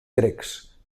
grecs